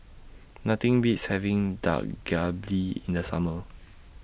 Nothing Beats having Dak Galbi in The Summer